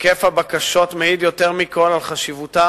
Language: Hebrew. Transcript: היקף הבקשות מעיד יותר מכול על חשיבותה